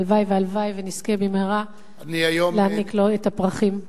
והלוואי והלוואי שנזכה במהרה להעניק לו את הפרחים.